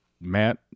Matt